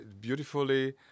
beautifully